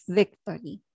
victory